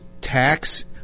tax